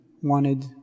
wanted